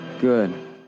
Good